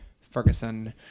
Ferguson